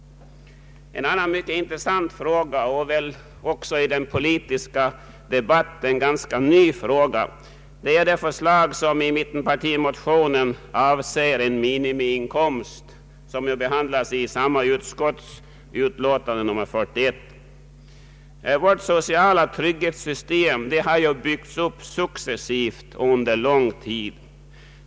En annan mycket intressant fråga och väl också i den politiska debatten ganska ny fråga är det förslag som i mittenpartimotionen avser en minimiinkomst. Förslaget behandlas i samma utskotts utlåtande nr 41. Vårt sociala trygghetssystem har byggts upp successivt under lång tid.